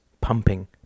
pumping